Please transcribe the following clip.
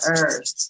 earth